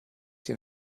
den